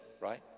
right